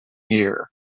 year